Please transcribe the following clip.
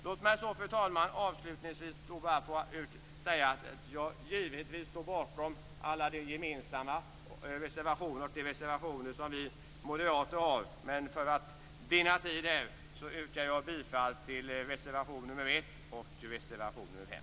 Låt mig avslutningsvis, fru talman, få säga att jag givetvis står bakom alla de reservationer som vi moderater har. För att vinna tid yrkar jag bifall bara till reservation nr 1 och reservation nr 5.